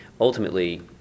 ultimately